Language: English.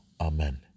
Amen